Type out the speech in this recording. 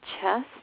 chest